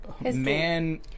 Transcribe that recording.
man